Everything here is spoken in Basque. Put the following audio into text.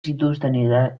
zituzten